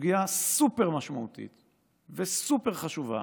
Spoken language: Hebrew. סוגיה סופר-משמעותית וסופר-חשובה,